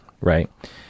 right